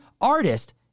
artist